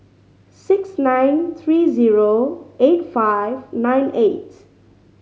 six nine three zero eight five nine eight